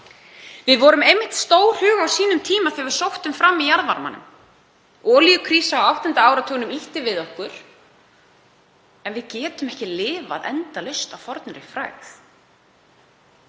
Við vorum einmitt stórhuga á sínum tíma þegar við sóttum fram í jarðvarmanum. Olíukrísa á áttunda áratugnum ýtti við okkur. En við getum ekki lifað endalaust á fornri frægð,